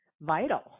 vital